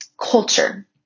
culture